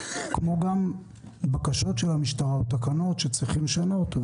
כמו גם בקשות של המשטרה או תקנות שצריך לשנות.